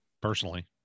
personally